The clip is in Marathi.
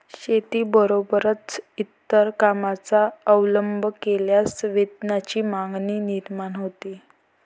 शेतीबरोबरच इतर कामांचा अवलंब केल्यास वेतनाची मागणी निर्माण होते